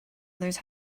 others